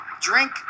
Drink